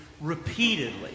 repeatedly